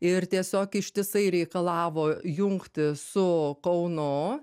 ir tiesiog ištisai reikalavo jungtis su kaunu